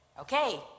Okay